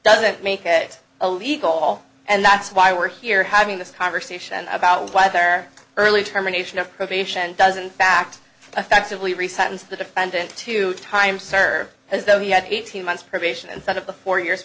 doesn't make it illegal and that's why we're here having this conversation about why their early termination of probation doesn't fact effectively reset and the defendant to time served as though he had eighteen months probation and set of the four years